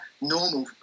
normal